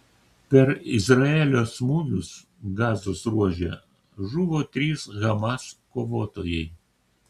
per izraelio smūgius gazos ruože žuvo trys hamas kovotojai